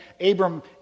Abram